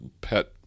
pet